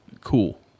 cool